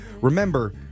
remember